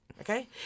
Okay